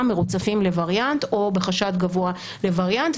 מרוצפים לווריאנט או בחשד גבוה לווריאנט,